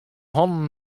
hannen